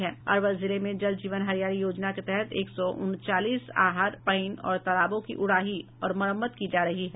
अरवल जिले में जल जीवन हरियाली योजना के तहत एक सौ उनचालीस आहर पईन और तालाबों की उड़ाही और मरम्मत की जा रही है